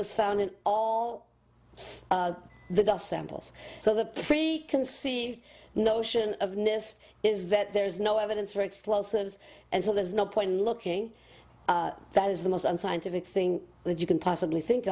was found in all of the dust samples so the preconceived notion of nist is that there is no evidence for explosives and so there's no point in looking that is the most unscientific thing that you can possibly think